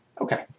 Okay